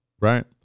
Right